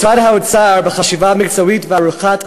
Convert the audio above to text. משרד האוצר, בחשיבה מקצועית וארוכת טווח,